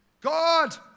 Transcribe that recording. God